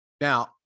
Now